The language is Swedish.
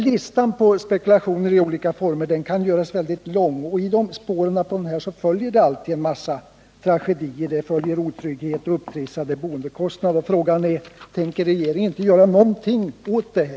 Listan över spekulationer i olika former kan göras mycket lång, och i spåren på detta följer alltid en massa tragedier, otrygghet och upptrissade boendekostnader. Frågan är: Tänker inte regeringen göra någonting åt detta?